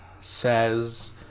says